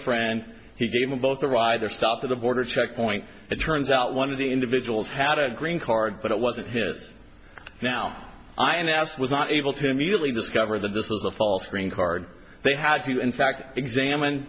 friend he gave me both or either stopped at the border checkpoint it turns out one of the individuals had a green card but it wasn't his now i know as was not able to immediately discover that this was a false green card they had to in fact examined